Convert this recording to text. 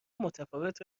متفاوت